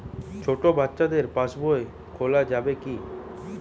ছোট বাচ্চাদের পাশবই খোলা যাবে কি?